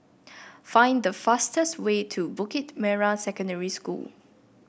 find the fastest way to Bukit Merah Secondary School